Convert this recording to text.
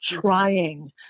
trying